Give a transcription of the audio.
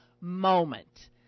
moment